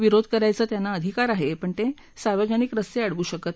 विरोध करायचा त्यांना अधिकार आहे पण ते सार्वजनिक रस्ते अडवू शकत नाहीत